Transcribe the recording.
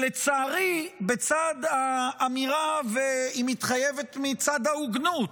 לצערי, בצד האמירה, והיא מתחייבת מצד ההוגנות.